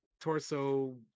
torso